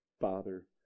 Father